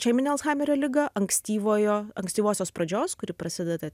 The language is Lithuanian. šeiminio alzhaimerio ligą ankstyvojo ankstyvosios pradžios kuri prasideda